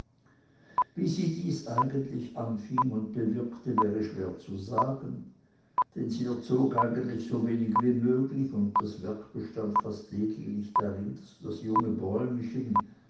wie sie dies eigentlich anfing und bewirkte wäre schwer zu sagen denn sie erzog eigentlich so wenig als möglich und das werk bestand fast lediglich darin daß das junge bäumchen